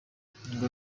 ngo